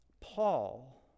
Paul